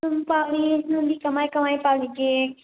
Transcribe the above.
ꯁꯨꯝ ꯄꯥꯜꯂꯤ ꯅꯣꯏꯗꯤ ꯀꯃꯥꯏ ꯀꯃꯥꯏꯅ ꯄꯥꯜꯂꯤꯒꯦ